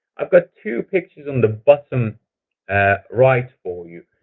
i've got two pictures in the bottom right for you.